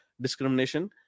discrimination